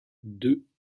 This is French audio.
deux